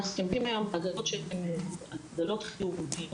אנחנו משתמשים היום בעגלות שהן עגלות כירורגיות,